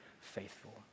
faithful